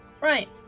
Right